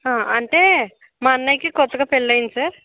అంటే మా అన్నయ్యకి కొత్తగా పెళ్ళి అయ్యింది సార్